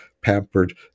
pampered